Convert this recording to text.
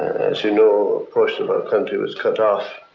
as you know a portion of our country was cut off.